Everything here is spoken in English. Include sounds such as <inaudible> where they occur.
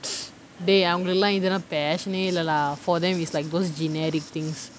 <noise> [deh] அவங்களுக்கு இதெல்லாம்:avangalukku ithellaam passion இல்ல:illa lah for them is like those genetic things